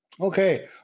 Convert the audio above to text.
Okay